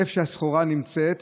איפה הסחורה נמצאת,